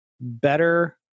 better